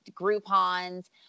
Groupon's